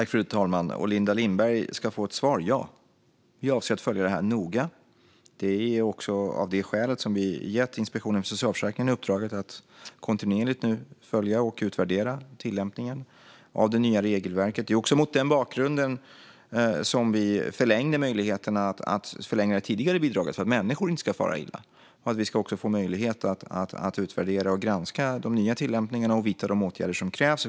Fru talman! Linda Lindberg ska få ett svar: Ja. Vi avser att följa det här noga. Det är också av det skälet som vi har gett Inspektionen för socialförsäkringen uppdraget att kontinuerligt nu följa och utvärdera tillämpningen av det nya regelverket. Det var också mot den bakgrunden som vi förlängde möjligheten att förlänga det tidigare bidraget, alltså för att människor inte ska fara illa och vi ska få möjlighet att utvärdera och granska de nya tillämpningarna och vidta de åtgärder som krävs.